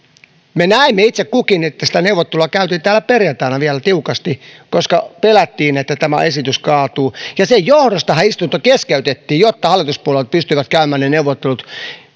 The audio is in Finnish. me näimme itse kukin että sitä neuvottelua käytiin täällä perjantaina vielä tiukasti koska pelättiin että tämä esitys kaatuu ja sen johdostahan istunto keskeyttiin jotta hallituspuolueet pystyvät käymään ne neuvottelut